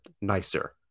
nicer